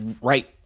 Right